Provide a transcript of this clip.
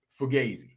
Fugazi